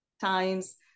times